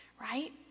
right